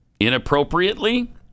inappropriately